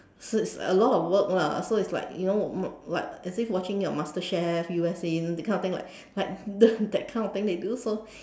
so it's a lot of work lah so it is you know like you know like as if watching your Masterchef U_S_A you know that kind of thing like you know that kind of thing they do so